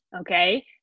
okay